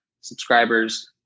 subscribers